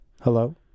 Hello